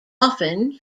often